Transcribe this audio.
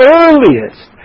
earliest